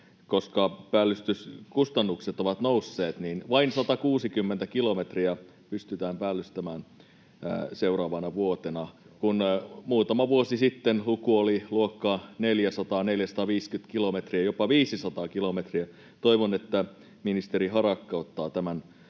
Koska päällystyskustannukset ovat nousseet, niin vain 160 kilometriä pystytään päällystämään seuraavana vuotena, kun muutama vuosi sitten luku oli luokkaa 400—450 kilometriä, jopa 500 kilometriä. Toivon, että ministeri Harakka ottaa tämän jatkossa